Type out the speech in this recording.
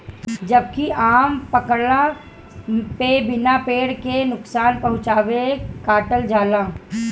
जबकि आम पकला पे बिना पेड़ के नुकसान पहुंचवले काटल जाला